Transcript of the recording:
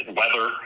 weather